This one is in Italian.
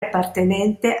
appartenente